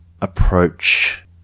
approach